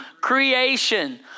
creation